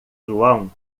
joão